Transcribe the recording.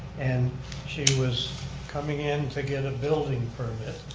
and she was coming in to get a building.